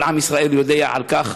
כל עם ישראל יודע על כך,